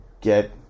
get